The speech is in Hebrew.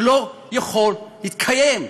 זה לא יכול להתקיים.